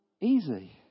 easy